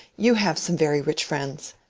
you have some very rich friends.